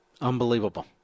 Unbelievable